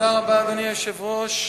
אדוני היושב-ראש,